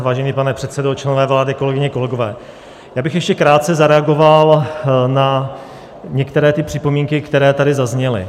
Vážený pane předsedo, členové vlády, kolegyně, kolegové, ještě bych krátce zareagoval na některé připomínky, které tady zazněly.